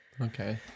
okay